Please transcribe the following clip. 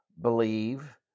believe